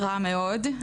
רע מאוד.